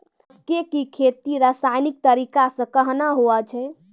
मक्के की खेती रसायनिक तरीका से कहना हुआ छ?